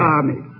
Army